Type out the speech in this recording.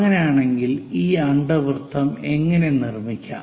അങ്ങനെയാണെങ്കിൽ ഈ അണ്ഡവൃത്തം എങ്ങനെ നിർമ്മിക്കാം